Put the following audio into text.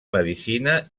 medicina